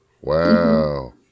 Wow